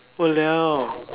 !walao!